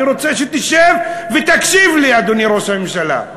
אני רוצה שתשב ותקשיב לי, אדוני ראש הממשלה.